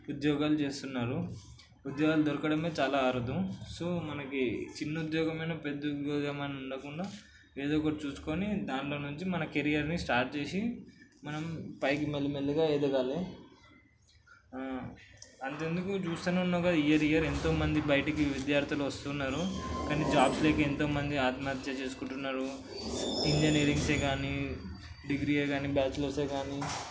ఉద్యోగాలు చేస్తున్నారు ఉద్యోగాలు దొరకడమే చాలా అరుదు సో మనకి చిన్న ఉద్యోగమైన పెద్ద ఉద్యోగమని ఉండకుండా ఏదో ఒకటి చూసుకొని దాంట్లో నుంచి మన కెరియర్ని స్టార్ట్ చేసి మనం పైకి మెల్లిమెల్లిగా ఎదగాలి అంత ఎందుకు చూస్తూనే ఉన్నావు కదా ఇయర్ ఇయర్ ఎంతోమంది బయటికి విద్యార్థులు వస్తూ ఉన్నారు కానీ జాబ్స్ లేక ఎంతోమంది ఆత్మహత్యలు చేసుకుంటున్నారు ఇంజనీరింగ్సే కానీ డిగ్రీయే కానీ బ్యాచిలర్సే కానీ